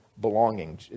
belonging